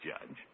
Judge